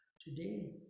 today